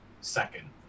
second